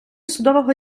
судового